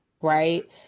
right